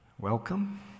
welcome